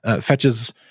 fetches